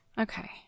okay